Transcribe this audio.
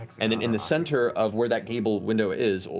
and and in the center of where that gable window is,